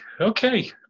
okay